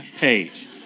page